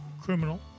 criminal